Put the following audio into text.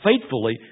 faithfully